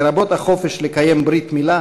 לרבות החופש לקיים ברית מילה,